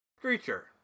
creature